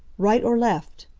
right or left?